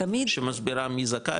שמסבירה מי זכאי,